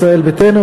ישראל ביתנו,